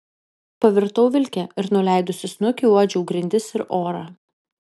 pavirtau vilke ir nuleidusi snukį uodžiau grindis ir orą